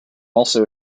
also